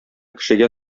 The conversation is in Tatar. кешегә